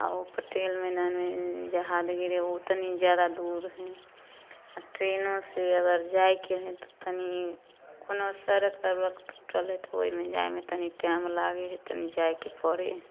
आ ओ पटेल मैदानमे जहाज गिड़े है ओ तनी जादा दूर है आ ट्रेनो से अगर जाइके है तऽ तनी कोनो सड़क टूटल है तऽ ओहिमे जाइमे तनी टाइम लागै है तनी जाइके पड़ै है